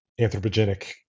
anthropogenic